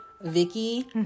Vicky